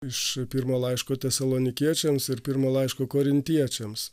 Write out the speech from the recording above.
iš pirmo laiško tesalonikiečiams ir pirmo laiško korintiečiams